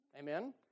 Amen